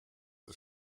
ist